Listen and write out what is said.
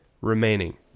remaining